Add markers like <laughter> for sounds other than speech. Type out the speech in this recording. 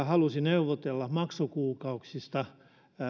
<unintelligible> halusi neuvotella maksukuukausista